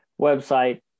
website